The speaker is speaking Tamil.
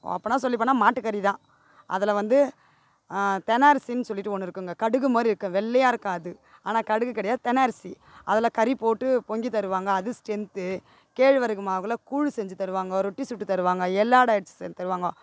ஓப்பனாக சொல்லி போனால் மாட்டுக்கறிதான் அதில் வந்து தெனை அரிசின்னு சொல்லிட்டு ஒன்று இருக்குதுங்க கடுகுமாதிரி இருக்கும் வெள்ளையாக இருக்கும் அது ஆனால் கடுகு கிடையாது தெனை அரிசி அதில் கறி போட்டு பொங்கித் தருவாங்க அது ஸ்டென்த்து கேழ்வரகு மாவில் கூழ் செஞ்சித் தருவாங்க ரொட்டி சுட்டு தருவாங்க எள்ளடை செஞ்சித் தருவாங்க